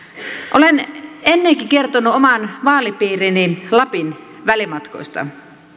olen ennenkin kertonut oman vaalipiirini lapin välimatkoista